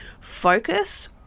focus